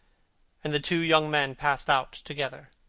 and the two young men passed out together.